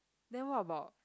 then what about